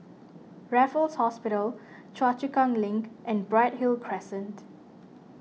Raffles Hospital Choa Chu Kang Link and Bright Hill Crescent